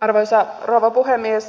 arvoisa rouva puhemies